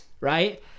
Right